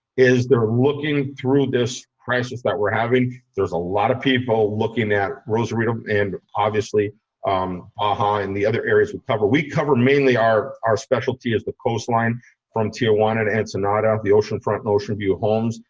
is they're looking through this prescience that we're having, there's a lot of people looking at rosarito and obviously um behind the other areas we cover, we cover mainly our our specialty is the coastline from tijuana and ensenada of the oceanfront and ocean view homes,